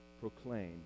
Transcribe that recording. Proclaim